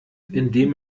indem